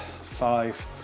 five